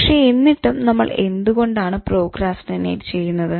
പക്ഷെ എന്നിട്ടും നമ്മൾ എന്തുകൊണ്ടാണ് പ്രോക്രാസ്റ്റിനേറ്റ് ചെയ്യുന്നത്